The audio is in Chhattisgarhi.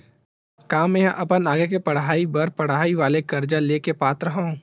का मेंहा अपन आगे के पढई बर पढई वाले कर्जा ले के पात्र हव?